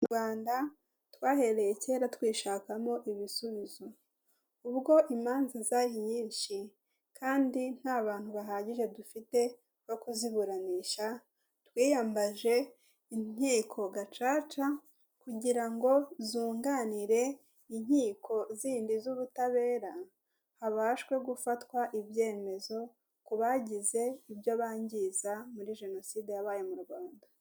Mu Rwanda twahereye kera twishakamo ibisubizo, ubwo imanza zari nyinshi kandi nta bantu bahagije dufite bo kuziburanisha twiyambaje intiko gacaca, kugira ngo zunganire inkiko zindi z'ubutabera habashwe gufatwa ibyemezo ku bagize ibyo bangiza muri jenoside yabaye mu Rwanda.